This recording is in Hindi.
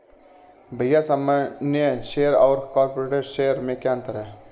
भैया सामान्य शेयर और कॉरपोरेट्स शेयर में क्या अंतर है?